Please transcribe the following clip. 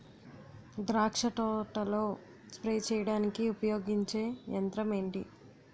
ద్రాక్ష తోటలో స్ప్రే చేయడానికి ఉపయోగించే యంత్రం ఎంటి?